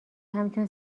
همچون